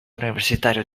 universitario